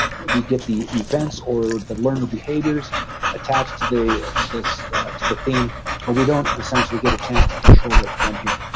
ah we get the events or the learner behaviors attached to the to this to the theme but we don't essentially get a chance to control it from here.